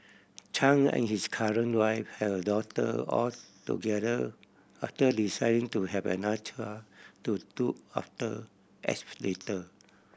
Chan and his current wife have a daughter all together after deciding to have another child to look after X later